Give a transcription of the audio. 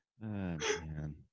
man